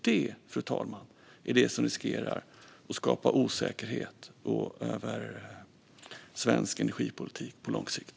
Det är detta, fru talman, som riskerar att skapa osäkerhet i svensk energipolitik på lång sikt.